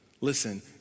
Listen